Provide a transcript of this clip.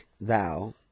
thou